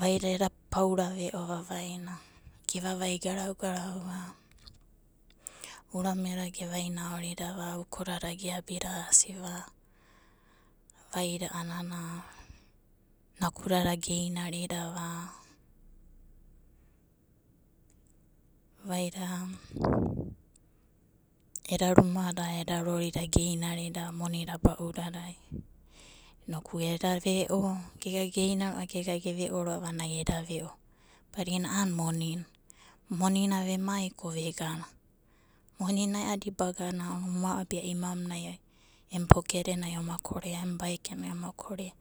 Vaida eda paura ve'o vavaina gevavai garauva, urameda gevainaoridava, ukodada geabida asiva vaida a'anana nakudada geinaridava, vaida eda rumada, eda rorida geinava monida ba'udadai inoku eda ve'o, gega geina ro'a a'anai eda ve'o. A'ana monina vemai ko vegana monina ae'adi bagana oma abia imamunai empokede nai oma korea, em baekenai oma korea.